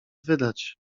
wydać